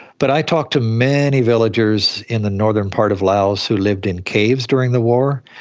but i talked to many villagers in the northern part of laos who lived in caves during the war.